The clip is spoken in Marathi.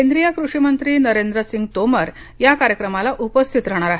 केंद्रीय कृषिमंत्री नरेंद्र सिंग तोमर या कार्यक्रमाला उपस्थित राहणार आहेत